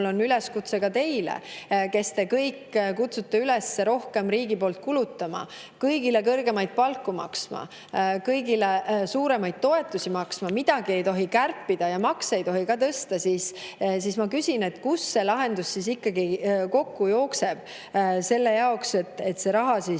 on üleskutse teile, kes te kõik kutsute üles riigi poolt rohkem kulutama, kõigile kõrgemaid palku maksma, kõigile suuremaid toetusi maksma, aga midagi ei tohi kärpida ja makse ei tohi tõsta. Ma küsin: kuidas see lahendus ikkagi kokku jookseb selle jaoks, et see raha